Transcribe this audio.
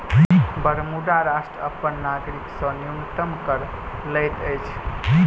Bermuda राष्ट्र अपन नागरिक से न्यूनतम कर लैत अछि